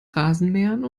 rasenmähern